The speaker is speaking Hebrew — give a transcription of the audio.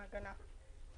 במעגנה.